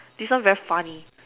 this one very funny